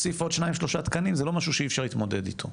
להוסיף עוד שניים שלושה תקנים זה לא משהו שאי אפשר להתמודד איתו.